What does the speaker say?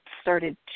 started